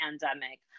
pandemic